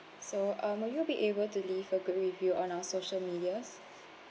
so um would you be able to leave a good review on our social medias